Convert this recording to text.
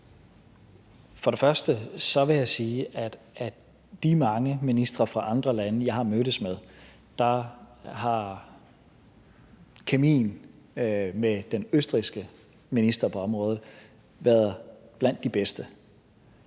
For det første vil jeg sige, at af de mange ministre fra andre lande, jeg har mødtes med, har kemien med den østrigske minister på området været blandt de bedste,